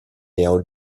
mail